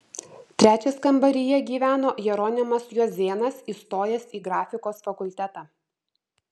trečias kambaryje gyveno jeronimas juozėnas įstojęs į grafikos fakultetą